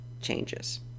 changes